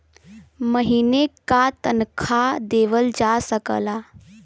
महीने का तनखा देवल जा सकला